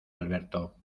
alberto